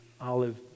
olive